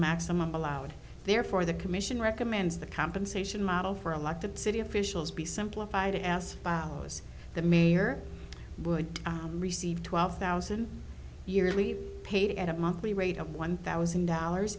maximum allowed therefore the commission recommends the compensation model for elected city officials be simplified as follows the mayor would receive twelve thousand years we've paid at a monthly rate of one thousand dollars